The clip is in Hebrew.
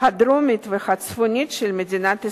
הדרומית והצפונית של מדינת ישראל.